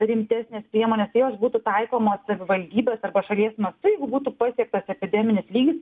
rimtesnės priemonės tai jos būtų taikomos savivaldybės arba šalies mastu jeigu būtų pasiektas epideminis lygis